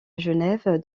genève